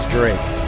Drake